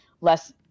less